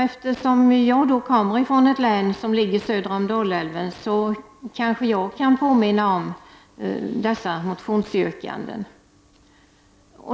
Eftersom jag kommer från ett län som ligger söder om Dalälven kanske jag kan påminna om dessa motionsyrkanden.